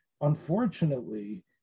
unfortunately